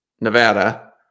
Nevada